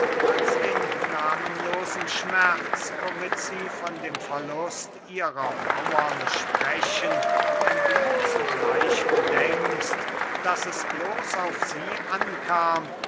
als den nahmenlosen schmerz womit sie von dem verlust ihrer mauern sprechen wenn du zugleich bedenkst daß es bloß auf sie ankam